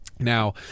now